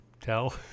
tell